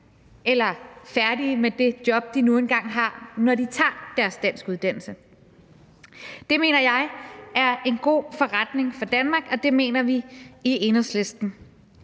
eller færdige med det job, de nu engang har, når de tager deres danskuddannelse. Det mener jeg og det mener vi i Enhedslisten